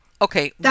okay